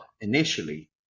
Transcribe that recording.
initially